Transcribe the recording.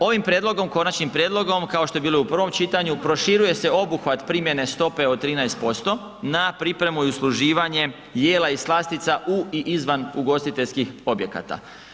Ovim konačnim prijedlogom kao što je bilo i u prvom čitanju proširuje se obuhvat primjene stope od 13% na pripremu i usluživanje jela i slastica u i izvan ugostiteljskih objekata.